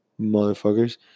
motherfuckers